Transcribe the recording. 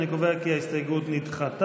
אני קובע כי ההסתייגות נדחתה.